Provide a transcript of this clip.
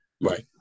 Right